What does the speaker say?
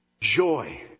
joy